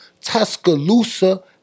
tuscaloosa